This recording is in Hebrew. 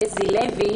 חזי לוי,